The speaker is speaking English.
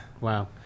Wow